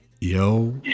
Yo